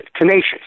tenacious